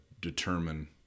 determine